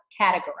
categorize